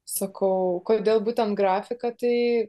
sakau kodėl būtent grafiką tai